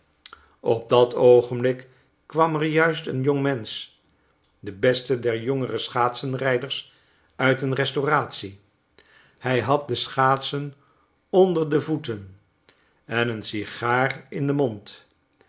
op dat oogenblik kwam er juist een jongmensch de beste der jongere schaatsenrijders uit een restauratie hij had de schaatsen onder de voeten en een sigaar in den mond